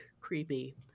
creepy